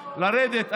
לרדת,